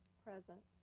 present.